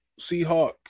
Seahawk